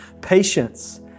patience